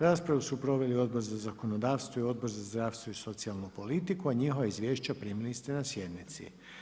Raspravu su proveli Odbor za zakonodavstvo i Odbor za zdravstvo i socijalnu politiku, a njihova izvješća primili ste na sjednici.